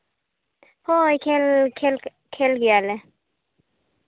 ᱦᱳᱭ ᱠᱷᱮᱞ ᱠᱷᱮᱞ ᱜᱮᱭᱟᱞᱮ